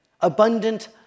abundant